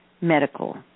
medical